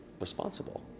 responsible